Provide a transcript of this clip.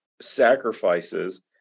sacrifices